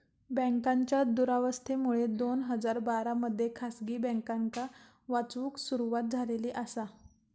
बँकांच्या दुरावस्थेमुळे दोन हजार बारा मध्ये खासगी बँकांका वाचवूक सुरवात झालेली आसा